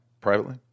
privately